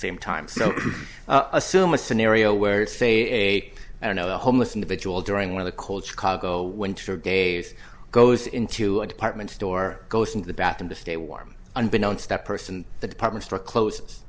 same time so assume a scenario where say i don't know the homeless individual during one of the cold chicago winter days goes into a department store goes into the bathroom to stay warm unbeknownst that person and the department store close